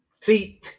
See